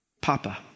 Papa